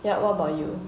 ya what about you